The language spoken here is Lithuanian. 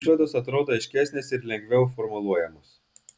išvados atrodo aiškesnės ir lengviau formuluojamos